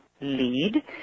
lead